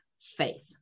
faith